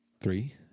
three